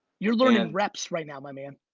you're learning and reps right now, my man